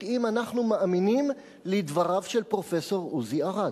אם אנחנו מאמינים לדבריו של פרופסור עוזי ארד.